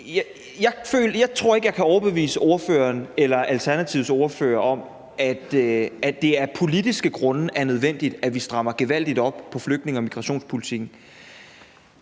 Jeg tror ikke, at jeg kan overbevise ordføreren eller Alternativets ordfører om, at det af politiske grunde er nødvendigt, at vi strammer gevaldigt op på flygtninge- og migrationspolitikken,